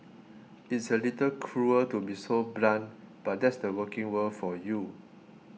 it's a little cruel to be so blunt but that's the working world for you